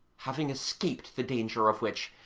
having escaped the danger of which,